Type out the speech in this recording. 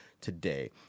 today